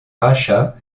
rachat